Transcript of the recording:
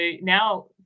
now